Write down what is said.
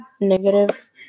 negative